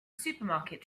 supermarket